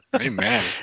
Amen